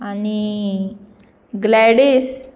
आनी ग्लॅडीस